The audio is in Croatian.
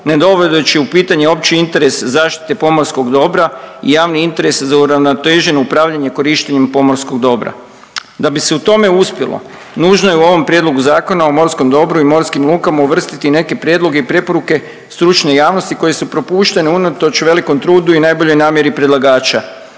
ne dovodeći u pitanje opći interes zaštite pomorskog dobra i javni interes za uravnoteženo upravljanje korištenjem pomorskog dobra. Da bi se u tome uspjelo nužno je u ovom Prijedlogu Zakona o morskom dobru i morskim lukama uvrstiti i neke prijedloge i preporuke stručne javnosti koje su propuštene unatoč velikom trudu i najboljoj namjeri predlagača.